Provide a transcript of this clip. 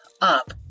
up